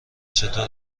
چطور